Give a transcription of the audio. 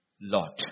Lot